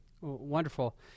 wonderful